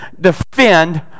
defend